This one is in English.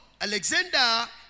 Alexander